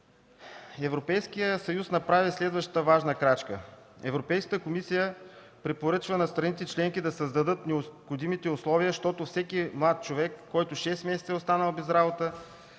Европейският съюз направи следващата важна крачка – Европейската комисия препоръчва на страните членки да създадат необходимите условия, щото всеки млад човек, който шест месеца е останал без работа,